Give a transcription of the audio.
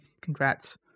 congrats